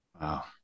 Wow